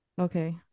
Okay